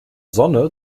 sonne